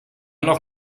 noch